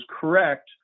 correct